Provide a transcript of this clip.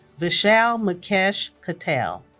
vishal mukesh patel